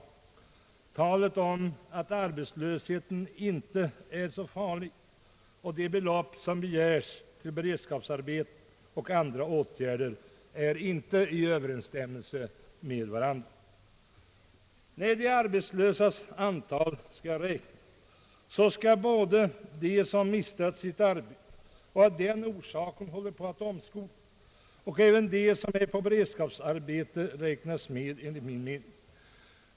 Ordandet om att arbetslösheten inte är så farlig står inte i överensstämmelse med de belopp man begär till beredskapsarbeten och andra åtgärder. När antalet arbetslösa redovisas skall man enligt min mening räkna med både dem som mistat sitt arbete och av den orsaken håller på att omskolas, och dem som är på beredskapsarbete.